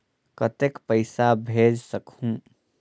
कतेक पइसा भेज सकहुं?